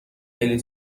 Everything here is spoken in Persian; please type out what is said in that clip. خیلی